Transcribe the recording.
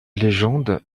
légende